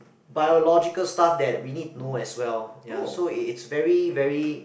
biological stuff that we need to know as well ya so it it's very very